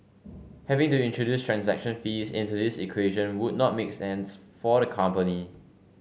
having to introduce transaction fees into this equation would not make sense for the company